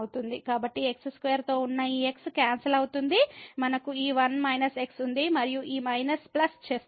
కాబట్టి x2 తో ఉన్న ఈ x క్యాన్సల్ అవుతుంది మనకు ఈ 1 x ఉంది మరియు ఈ మైనస్ ప్లస్ చేస్తుంది